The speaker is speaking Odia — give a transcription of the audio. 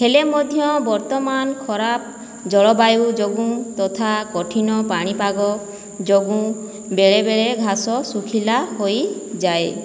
ହେଲେ ମଧ୍ୟ ବର୍ତ୍ତମାନ ଖରାପ ଜଳବାୟୁ ଯୋଗୁଁ ତଥା କଠିନ ପାଣିପାଗ ଯୋଗୁଁ ବେଳେବେଳେ ଘାସ ଶୁଖିଲା ହୋଇଯାଏ